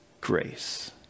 grace